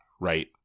right